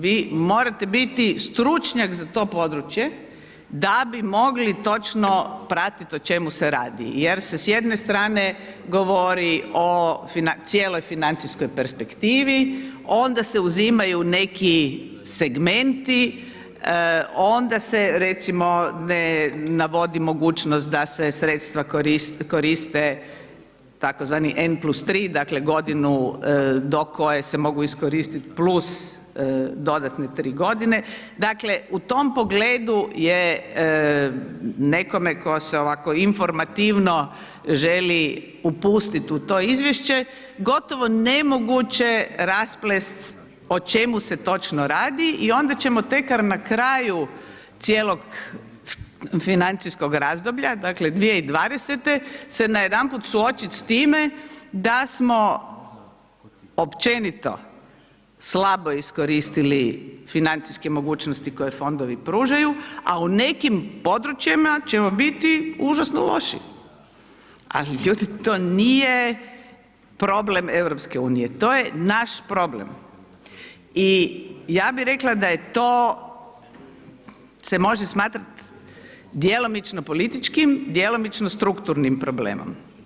Vi morate biti stručnjak za to područje da bi mogli točno pratit o čemu se radi jer se s jedne strane govori o cijeloj financijskoj perspektivi, onda se uzimaju neki segmenti, onda se recimo ne navodi mogućnost da se sredstva koriste tzv. N+3, dakle, godinu do koje se mogu iskoristit + dodatne tri godine, dakle, u tom pogledu je nekome tko se ovako informativno želi upustit u to izvješće, gotovo nemoguće rasplest o čemu se točno radi i onda ćemo tek na kraju cijelog financijskog razdoblja, dakle, 2020. se najedanput suočit s time da smo općenito slabo iskoristili financijske mogućnosti koje fondovi pružaju, a u nekim područjima ćemo biti užasno loši, ali ljudi ti nije problem EU, to je naš problem i ja bi rekla da je to, se može smatrat djelomično političkim, djelomično strukturnim problemom.